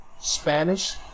Spanish